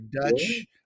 Dutch